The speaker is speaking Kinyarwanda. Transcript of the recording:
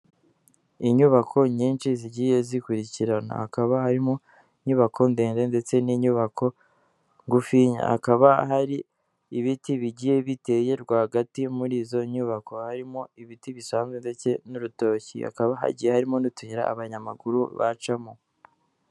Inyubako nyinshi zigiye zikurikirana, hakaba harimo inyubako ndende ndetse n'inyubako ngufinya, hakaba hari ibiti bigiye biteye rwagati muri izo nyubako, harimo ibiti bisanzwe ndetse n'urutoki, hakaba hagiye harimo n'utuyira abanyamaguru bacamo.